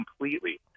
completely